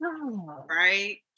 right